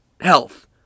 health